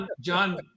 John